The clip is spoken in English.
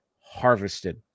harvested